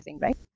right